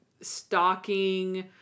stalking